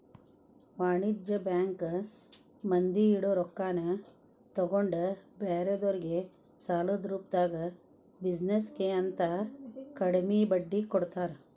ವಾಣಿಜ್ಯ ಬ್ಯಾಂಕ್ ಮಂದಿ ಇಡೊ ರೊಕ್ಕಾನ ತಗೊಂಡ್ ಬ್ಯಾರೆದೊರ್ಗೆ ಸಾಲದ ರೂಪ್ದಾಗ ಬಿಜಿನೆಸ್ ಗೆ ಅಂತ ಕಡ್ಮಿ ಬಡ್ಡಿಗೆ ಕೊಡ್ತಾರ